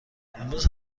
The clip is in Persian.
امروز